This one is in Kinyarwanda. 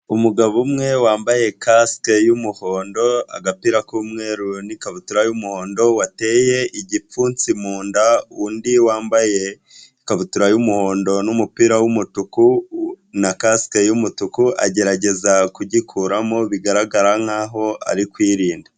Umugabo umwe wambaye kasike y'umuhondo, agapira k'umweru, n'ikabutura y'umuhondo, wateye igipfunsi mu nda undi wambaye ikabutura y'umuhondo n'umupira w'umutuku na kasike y'umutuku agerageza kugikuramo bigaragara nkaho ari kwirinda.